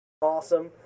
awesome